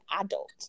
adult